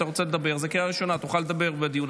יש עוד קריאה ראשונה, אז אתה תוכל לדבר עכשיו